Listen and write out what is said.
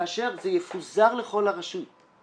כאשר זה יפוזר לכל הרשויות,